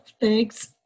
Thanks